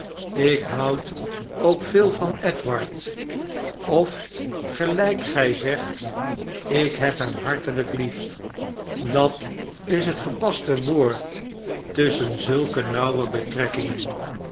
ik houd ook veel van edward of gelijk gij zegt ik heb hem hartelijk lief dat is het gepaste woord tusschen zulke nauwe betrekkingen